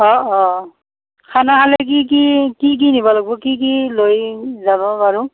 অ' অ' খানা খালে কি কি কি কি দিব লাগিব কি কি লৈ যাব পাৰোঁ